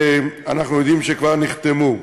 שאנחנו יודעים שכבר נחתמו.